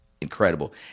incredible